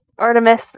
Artemis